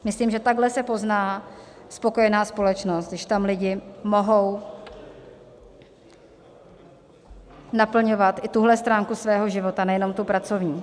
Myslím, že takhle se pozná spokojená společnost, když tam lidé mohou naplňovat i tuhle stránku svého života, nejenom tu pracovní.